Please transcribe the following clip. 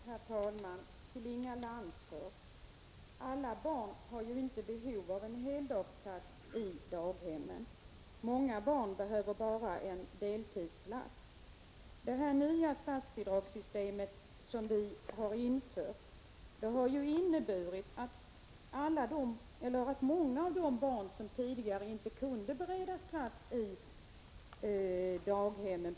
Herr talman! Alla barn har inte behov av en heldagsplats i daghemmen, Inga Lantz. Många barn behöver bara en deltidsplats. Tidigare fick kommunerna inte statsbidrag för barn med deltidsplats. Därför var det många barn som inte kunde beredas plats i daghemmen.